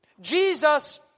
Jesus